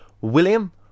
William